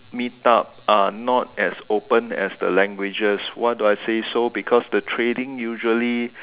meet up are not as open as the languages why do I say so because the trading usually